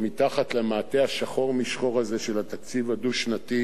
מתחת למעטה השחור משחור הזה של התקציב הדו-שנתי,